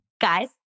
Guys